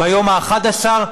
ביום ה-11,